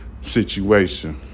situation